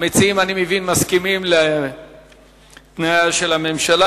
המציעים, אני מבין, מסכימים לתנאיה של הממשלה.